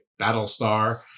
Battlestar